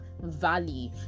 value